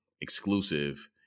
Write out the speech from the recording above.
exclusive